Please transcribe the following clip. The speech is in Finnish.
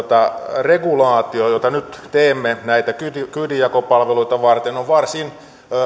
regulaatio jota nyt teemme näitä kyydinjakopalveluita varten on varsin